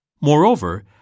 Moreover